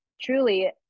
Truly